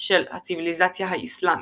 של הציוויליזציה האסלאמית.